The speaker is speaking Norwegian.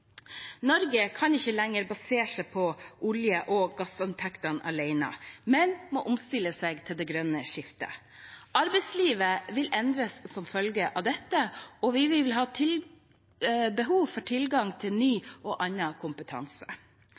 Norge kan ikke lenger basere seg på olje- og gassinntektene alene, men må omstille seg til det grønne skiftet. Arbeidslivet vil endres som følge av dette, og vi vil ha behov for tilgang til ny og annen kompetanse.